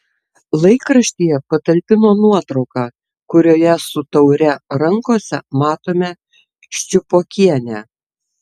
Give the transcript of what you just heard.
laikraštyje patalpino nuotrauką kurioje su taure rankose matome ščiupokienę